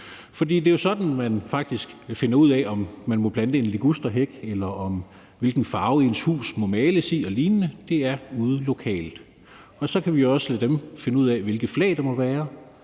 For det er jo sådan, man faktisk finder ud af, om man må plante en ligusterhæk, eller hvilken farve ens hus må males i og lignende. Det er ude lokalt, man gør det, og så kan vi jo også lade dem finde ud af, hvilke flag der må være.